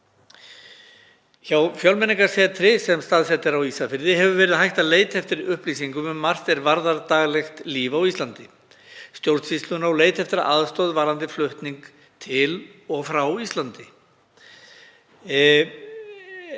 Hjá Fjölmenningarsetri, sem staðsett er á Ísafirði, hefur verið hægt að leita eftir upplýsingum um margt er varðar daglegt líf á Íslandi, stjórnsýsluna, og leita eftir aðstoð varðandi flutning til og frá Íslandi.